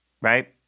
right